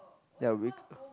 ya we